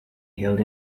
held